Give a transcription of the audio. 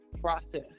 process